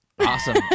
Awesome